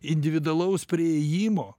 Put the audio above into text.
individualaus priėjimo